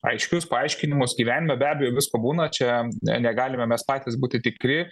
aiškius paaiškinimus gyvenime be abejo visko būna čia ne negalime mes patys būti tikri